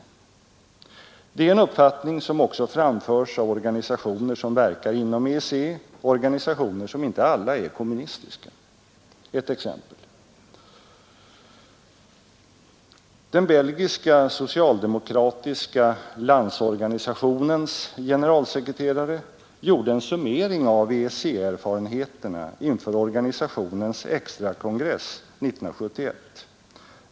Det är en uppfattning som också framförs av organisationer som verkar inom EEC — organisationer som inte alla är kommunistiska. Ett exempel: Den belgiska socialdemokratiska landsorganisationens generalsekreterare gjorde en summering av EEC-erfarenheterna inför organisationens extrakongress 1971.